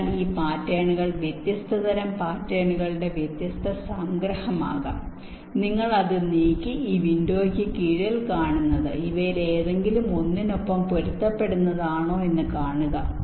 അതിനാൽ ഈ പാറ്റേണുകൾ വ്യത്യസ്ത തരം പാറ്റേണുകളുടെ വ്യത്യസ്ത സംഗ്രഹം ആകാം നിങ്ങൾ അത് നീക്കി ഈ വിൻഡോയ്ക്ക് കീഴിൽ കാണുന്നത് ഇവയിൽ ഏതെങ്കിലും ഒന്നിനൊപ്പം പൊരുത്തപ്പെടുന്നതാണോ എന്ന് കാണുക